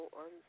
on